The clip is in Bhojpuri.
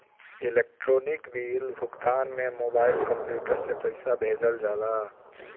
इलेक्ट्रोनिक बिल भुगतान में मोबाइल, कंप्यूटर से पईसा भेजल जाला